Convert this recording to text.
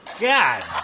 God